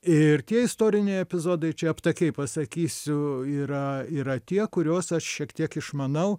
ir tie istoriniai epizodai čia aptakiai pasakysiu yra yra tie kuriuos aš šiek tiek išmanau